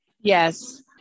Yes